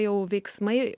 jau veiksmai